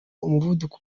umuvuduko